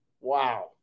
Wow